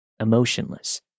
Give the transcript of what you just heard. Emotionless